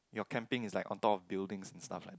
your camping is like on top of building and stuff like that